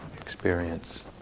experience